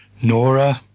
nora!